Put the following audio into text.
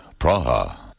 Praha